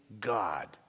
god